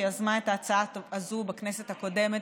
שיזמה את ההצעה הזו בכנסת הקודמת,